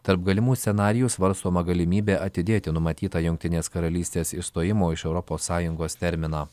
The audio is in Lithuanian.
tarp galimų scenarijų svarstoma galimybė atidėti numatytą jungtinės karalystės išstojimo iš europos sąjungos terminą